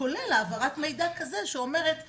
כולל העברת מידע כזה שאומרת שם,